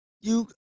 You